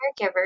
caregivers